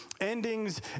endings